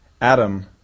Adam